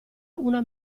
una